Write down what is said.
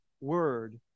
word